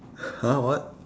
!huh! what